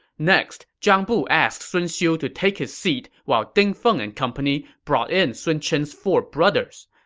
next, zhang bu asked sun xiu to take his seat while ding feng and company brought in sun chen's four brothers.